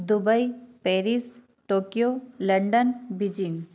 Dubai Paris Tokyo London Beijing